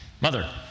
Mother